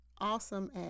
awesome